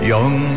Young